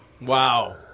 Wow